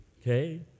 okay